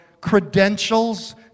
credentials